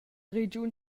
regiun